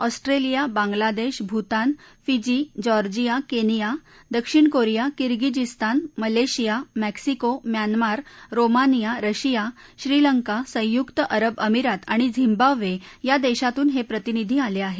Australia Bangladesh Bhutan Fiji Georgia Kenya दक्षिण Korea Kyrgyzstan Malaysia Mexico Myanmar Romania Russia Sri Lanka संयुक्त अरब अमिरात आणि झिम्बाबे या देशातून हे प्रतिनिधी आले आहेत